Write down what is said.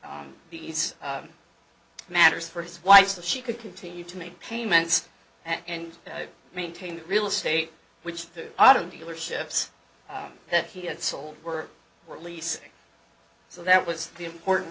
these matters for his wife so she could continue to make payments and maintain the real estate which the auto dealerships that he had sold were for lease so that was the important